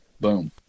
Boom